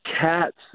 cats